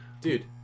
Dude